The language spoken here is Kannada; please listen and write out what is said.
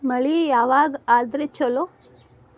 ಮಳಿ ಯಾವಾಗ ಆದರೆ ಛಲೋ?